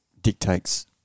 dictates